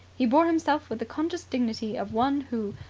he bore himself with the conscious dignity of one who,